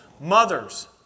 Mothers